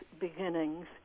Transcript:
beginnings